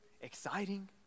exciting